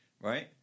Right